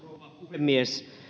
puhemies